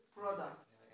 products